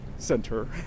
center